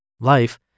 Life